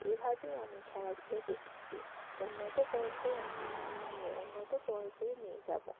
এইভাবেই আমি খেলাধুলোকে একটি উন্নত পর্যায়ে নিয়ে উন্নত পর্যায়ে নিয়ে যাবো